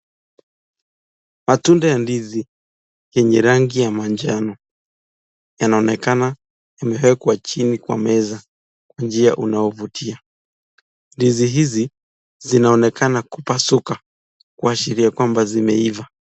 Matunda ya ndizi yenye rangi ya manjano yanaonekana yamewekwa kwa chini kwa meza kwa njia unaovutia, ndizi hizi zinaonekana kupasuka kuashiria kwamba zimeiva.